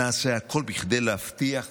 כדי להבטיח